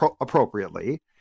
appropriately